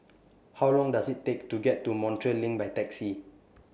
How Long Does IT Take to get to Montreal LINK By Taxi